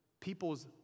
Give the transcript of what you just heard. People's